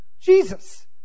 Jesus